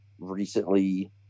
recently